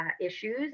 issues